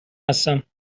هستم